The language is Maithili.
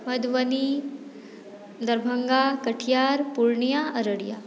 मधुबनी दरभङ्गा कटिहार पुर्णियाँ अररिया